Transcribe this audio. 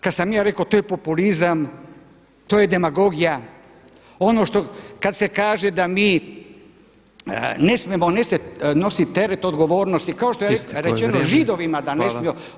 Kada sam ja rekao to je populizam, to je demagogija, ono što, kad se kaže da mi ne smijemo nosit teret odgovornosti kao što je rečeno Židovima da ne smiju